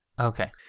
okay